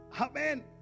Amen